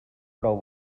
prou